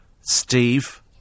Steve